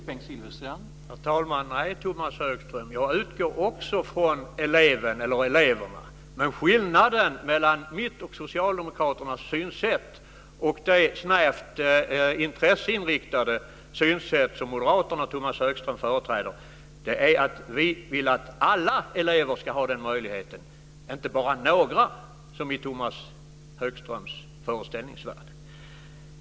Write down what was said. Herr talman! Nej, Tomas Högström, jag utgår också från eleverna. Skillnaden mellan mitt och socialdemokraternas synsätt och det snävt intresseinriktade synsätt som moderaterna och Tomas Högström företräder är att vi vill att alla elever ska ha den här möjligheten, inte bara några som i Tomas Högströms föreställningsvärld.